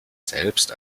selbst